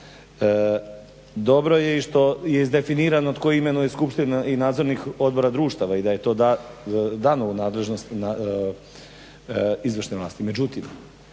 Dobro je i što je izdefinirano tko imenuje skupštinu i nadzornih odbora društava i da je to dano u nadležnost izvršne vlasti.